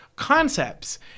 concepts